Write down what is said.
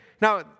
now